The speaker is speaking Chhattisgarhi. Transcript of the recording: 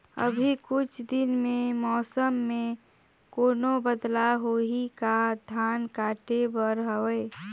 अभी कुछ दिन मे मौसम मे कोनो बदलाव होही का? धान काटे बर हवय?